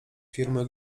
firmy